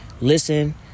Listen